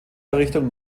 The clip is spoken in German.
errichtung